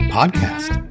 Podcast